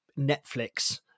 Netflix